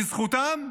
בזכותם,